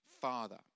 father